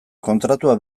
kontratua